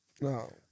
No